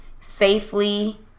safely